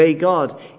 God